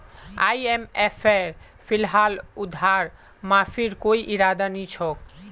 आईएमएफेर फिलहाल उधार माफीर कोई इरादा नी छोक